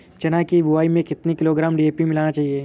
चना की बुवाई में कितनी किलोग्राम डी.ए.पी मिलाना चाहिए?